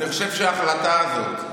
אני חושב שההחלטה הזאת,